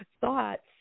thoughts